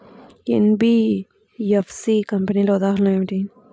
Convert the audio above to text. NBFC కంపెనీల ఉదాహరణ ఏమిటి?